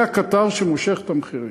זה הקטר שמושך את המחירים.